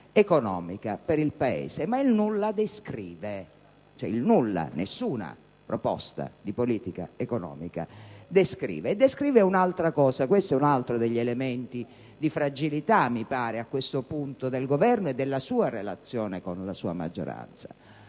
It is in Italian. economica per il Paese. Ma il nulla descrive, il nulla, ovvero nessuna proposta di politica economica descrive. E descrive un'altra cosa; questo è un altro degli elementi di fragilità, mi pare a questo punto, del Governo e della sua relazione con la sua maggioranza: